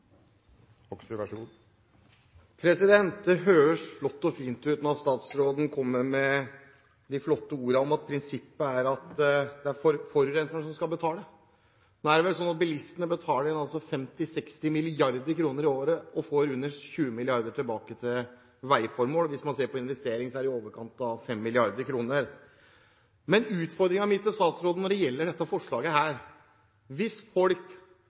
Det høres flott og fint ut når statsråden kommer med de flotte ordene om at prinsippet er at det er forurenseren som skal betale. Nå er det slik at bilistene betaler inn 50–60 mrd. kr i året og får under 20 mrd. kr tilbake til veiformål, og hvis man ser på investeringer, er det i overkant av 5 mrd. kr. Utfordringen min til statsråden, når det gjelder dette forslaget, er: Hvis folk